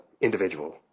individual